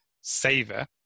saver